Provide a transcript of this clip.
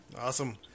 Awesome